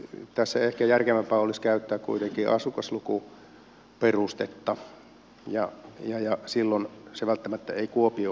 mutta tässä ehkä järkevämpää olisi käyttää kuitenkin asukaslukuperustetta ja silloin se ei välttämättä kuopio olisi